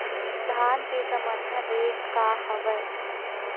धान के समर्थन रेट का हवाय?